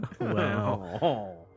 Wow